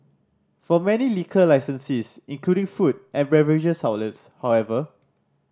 for many liquor licensees including food and beverages outlets however